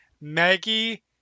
Maggie